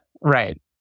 Right